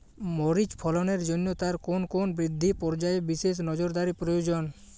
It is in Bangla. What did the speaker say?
মরিচ ফলনের জন্য তার কোন কোন বৃদ্ধি পর্যায়ে বিশেষ নজরদারি প্রয়োজন?